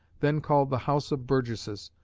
then called the house of burgesses,